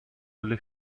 alle